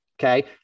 okay